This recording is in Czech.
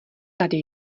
tady